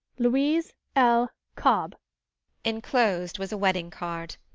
louise l. cobb enclosed was a wedding-card.